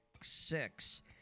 six